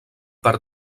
per